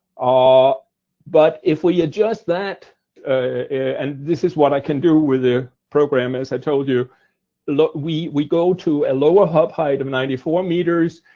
ah but if we adjust that and this is what i can do with the program, as i told you we we go to a lower hub height of ninety four meters,